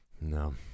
No